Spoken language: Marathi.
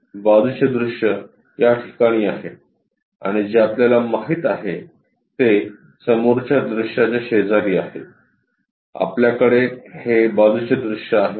बाजूचे दृश्य या ठिकाणी आहे आणि जे आपल्याला माहित आहे ते समोरच्या दृश्याच्या शेजारी आहे आपल्याकडे हे बाजूचे दृश्य आहे